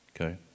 Okay